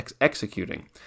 executing